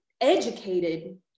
educated